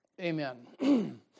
Amen